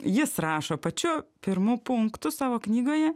jis rašo pačiu pirmu punktu savo knygoje